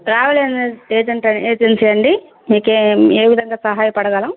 travel ఏజెం agency అండి మీకే ఏ విధంగా సహాయపడగలం